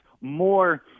more